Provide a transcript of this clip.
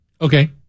Okay